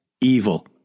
evil